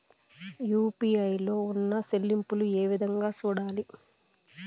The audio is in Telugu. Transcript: యు.పి.ఐ లో ఉన్న చెల్లింపులు ఏ విధంగా సూడాలి